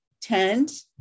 tend